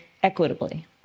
Equitably